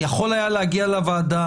יכול היה להגיע לוועדה,